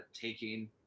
taking